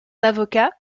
avocat